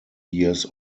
years